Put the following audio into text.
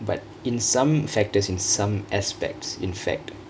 but in some factors in some aspects in fact